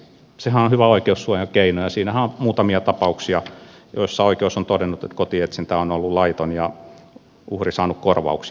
sehän on hyvä oikeussuojakeino ja siinähän on muutamia tapauksia joissa oikeus on todennut että kotietsintä on ollut laiton ja uhri on saanut korvauksia